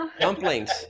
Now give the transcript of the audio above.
Dumplings